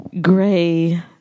gray